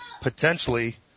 potentially